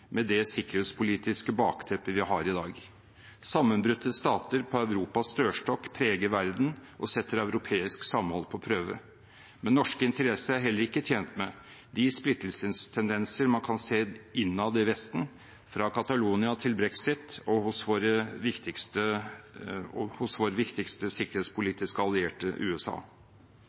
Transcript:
med det sikkerhetspolitiske bakteppet vi har i dag. Sammenbrutte stater på Europas dørstokk preger verden og setter europeisk samhold på prøve. Men norske interesser er heller ikke tjent med de splittelsestendenser man kan se innad i Vesten – fra Catalonia til brexit og hos vår viktigste sikkerhetspolitiske allierte, USA.